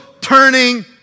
turning